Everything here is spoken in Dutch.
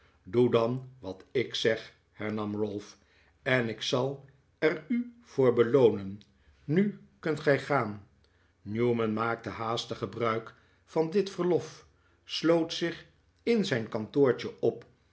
doe dan wat ik zeg hernam ralph en ik zal er u voor beloonen nu kunt gij gaan newman maakte haastig gebruik van dit verlof sloot zich in zijn kantoortje op